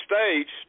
States